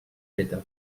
feta